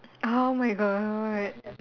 oh my god